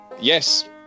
yes